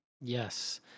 Yes